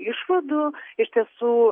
išvadų iš tiesų